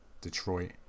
Detroit